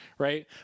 right